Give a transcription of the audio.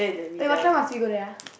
eh what time must we go there ah